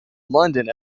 london